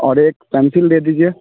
और एक पेंसिल दे दीजिए